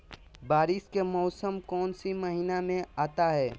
बारिस के मौसम कौन सी महीने में आता है?